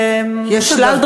יש אגב כאלה.